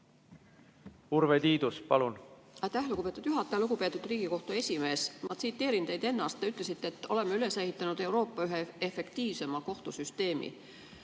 Urve Tiidus, palun!